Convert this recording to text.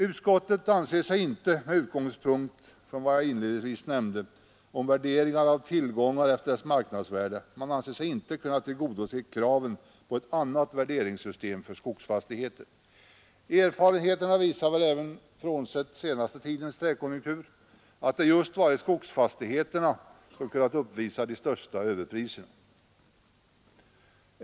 Utskottet anser sig, med utgångspunkt i vad jag inledningsvis nämnde om värderingar av tillgångar efter deras marknadsvärde, inte kunna tillgodose kraven på ett annat värderingssystem för skogsfastigheter. Erfarenheterna visar väl även, frånsett den senaste tidens träkonjunkturer, att det just varit skogsfastigheterna som kunnat uppvisa de största överpriserna.